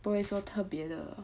不会说特别的